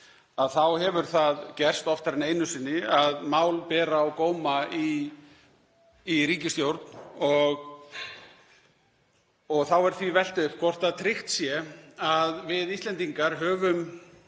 þá hefur það gerst oftar en einu sinni að mál ber á góma í ríkisstjórn. Þá er því velt upp hvort tryggt sé að við Íslendingar höfum